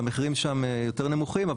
והמחירים שם יותר נמוכים,